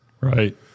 Right